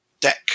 deck